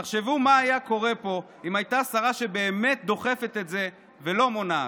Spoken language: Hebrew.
תחשבו מה היה קורה פה אם הייתה שרה שבאמת דוחפת את זה ולא מונעת.